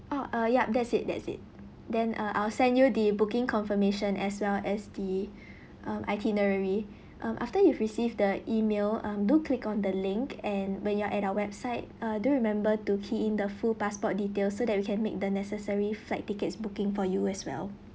oh uh yup that's it that's it then uh I'll send you the booking confirmation as well as the um itinerary um after you've received the email um do click on the link and when you are at our website uh do remember to key in the full passport details so that we can make the necessary flight tickets booking for you as well